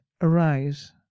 arise